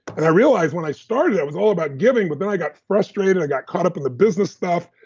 and i realized when i started, i was all about giving, but then i got frustrated, i got caught up in the business stuff,